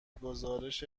گزارش